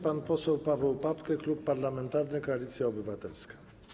Pan poseł Paweł Papke, Klub Parlamentarny Koalicja Obywatelska.